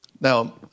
Now